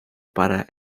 para